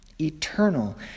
Eternal